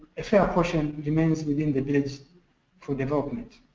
a fair portion remains within the village for development.